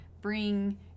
bring